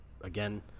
again